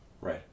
right